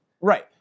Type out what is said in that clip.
Right